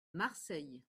marseille